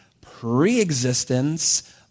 preexistence